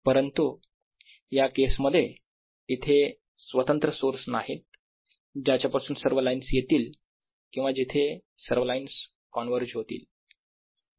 परंतु या केसमध्ये इथे स्वतंत्र सोर्स नाहीत ज्याच्यापासून सर्व लाईन्स येतील किंवा जिथे सर्व लाईन्स कॉन्व्हर्ज होतील